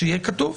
שיהיה כתוב.